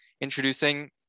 Introducing